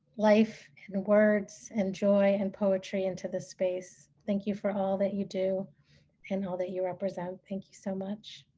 life and words and joy and poetry into this space. thank you for all that you do and all that you represent. thank you so much.